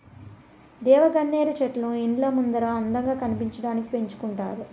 దేవగన్నేరు చెట్లను ఇండ్ల ముందర అందంగా కనిపించడానికి పెంచుకుంటారు